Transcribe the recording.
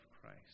Christ